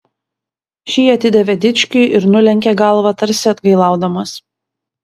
šį atidavė dičkiui ir nulenkė galvą tarsi atgailaudamas